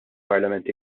parlament